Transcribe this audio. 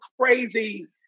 crazy